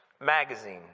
magazine